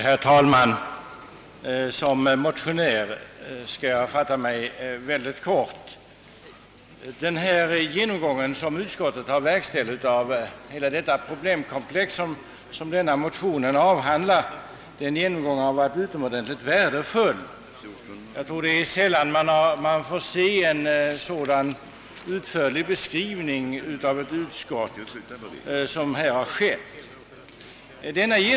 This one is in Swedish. Herr talman! Som motionär skall jag fatta mig mycket kort. Den genomgång utskottet verkställt av hela det problemkomplex som behandlas i motionen har varit utomordentligt värdefull. Jag tror att man sällan ser att ett utskott gör en så utförlig beskrivning som här har skett.